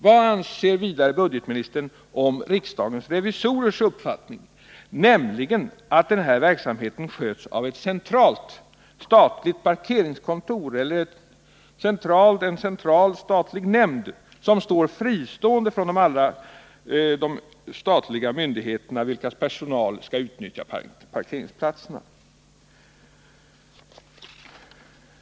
Vad anser vidare budgetministern om riksdagens revisorers uppfattning, nämligen att den här verksamheten sköts av ett centralt statligt parkeringskontor eller en central statlig nämnd som är fristående från alla de statliga myndigheter, vilkas personal skall utnyttja parkeringsplatserna?